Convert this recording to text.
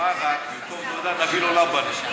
הוא אמר לך שבמקום תודה תביא לו לאבנה.